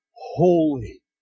Holy